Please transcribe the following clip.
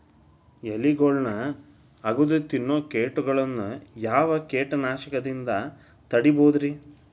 ಎಲಿಗೊಳ್ನ ಅಗದು ತಿನ್ನೋ ಕೇಟಗೊಳ್ನ ಯಾವ ಕೇಟನಾಶಕದಿಂದ ತಡಿಬೋದ್ ರಿ?